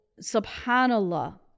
subhanallah